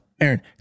Aaron